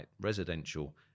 residential